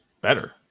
better